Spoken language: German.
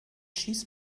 schieß